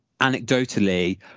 anecdotally